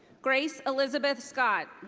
grace elizabeth scott.